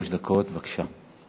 שלוש דקות, בבקשה.